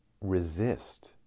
resist